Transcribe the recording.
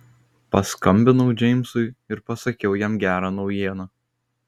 paskambinau džeimsui ir pasakiau jam gerą naujieną